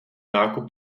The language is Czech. nákup